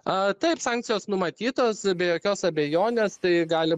a taip sankcijos numatytos be jokios abejonės tai gali